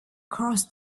crossed